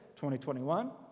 2021